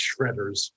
shredders